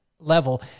Level